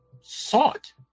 sought